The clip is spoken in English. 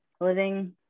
Living